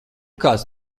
kāds